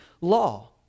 law